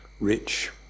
rich